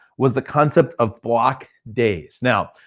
was the concept of block days. now,